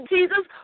Jesus